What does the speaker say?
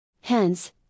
Hence